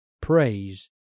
Praise